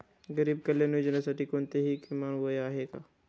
गरीब कल्याण योजनेसाठी कोणतेही किमान वय आहे का?